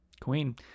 Queen